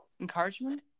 Encouragement